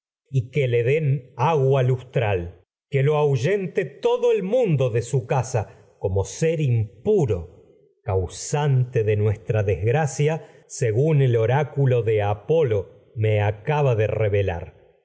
plegarias sacrifi le den agua lustra que lo ahuyente todo el su mundo de casa como ser impuro causante de nuestra me desgracia según el oráculo de apolo lar de este modo creo acaba de reve